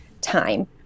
time